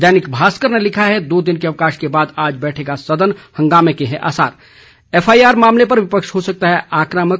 दैनिक भास्कर ने लिखा है दो दिन के अवकाश के बाद आज बैठेगा सदन हंगामे को हैं आसार एफआईआर मामले पर विपक्ष हो सकता है आक्रामक